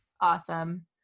awesome